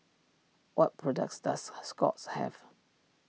what products does Scott's have